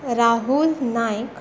Rahul Naik